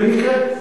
במקרה.